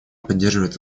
поддерживает